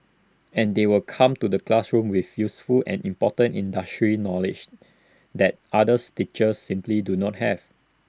and they will come to the classroom with useful and important industry knowledge that others teachers simply do not have